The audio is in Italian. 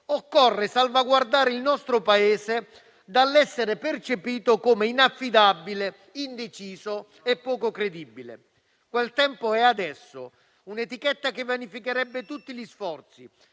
occorre salvaguardare il nostro Paese dall'essere percepito come inaffidabile, indeciso e poco credibile. Quel tempo è adesso. Si tratterebbe di un'etichetta che vanificherebbe tutti gli sforzi,